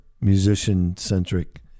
musician-centric